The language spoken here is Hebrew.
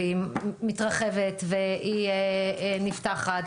והיא מתרחבת ונפתחת,